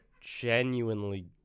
genuinely